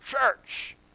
church